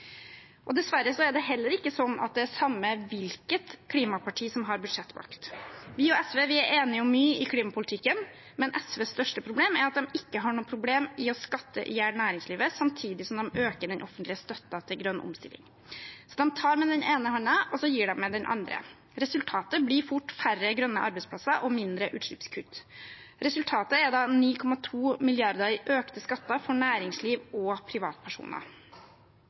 Dessverre er det heller ikke sånn at det er det samme hvilket klimaparti som har budsjettmakt. SV og Venstre er enige om mye i klimapolitikken, men SVs største problem er at de ikke har noe problem med å skatte i hjel næringslivet samtidig som de øker den offentlige støtten til grønn omstilling. De tar med den ene hånden og gir med den andre. Resultatet blir fort færre grønne arbeidsplasser og mindre utslippskutt. Resultatet er da 9,2 mrd. kr i økte skatter for næringsliv og privatpersoner.